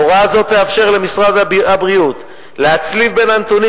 הוראה זו תאפשר למשרד הבריאות להצליב את הנתונים